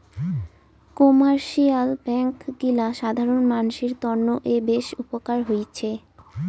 commercial bank গিলা সাধারণ মানসির তন্ন এ বেশ উপকার হৈছে